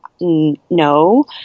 No